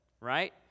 right